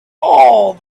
all